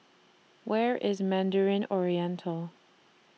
Where IS Mandarin Oriental